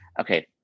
okay